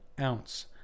ounce